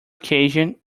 occasion